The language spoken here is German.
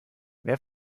wer